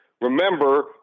Remember